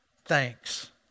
thanks